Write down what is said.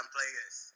Players